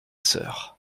sœur